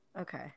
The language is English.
Okay